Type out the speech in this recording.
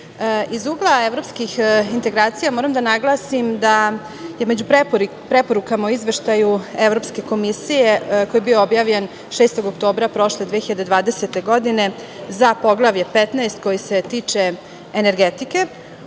ugla evropskih integracija, moram da naglasim da je među preporukama u izveštaju Evropske komisije koji je bio objavljen 6. oktobra prošle 2020. godine, za Poglavlje 15. koji se tiče energetike,